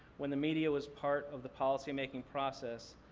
when the media was part of the policy-making process,